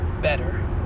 better